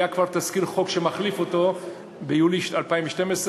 היה כבר תזכיר חוק שמחליף אותו ביולי 2012,